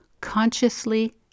consciously